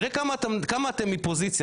תראה כמה אתה כמה אתם מפוזיציה,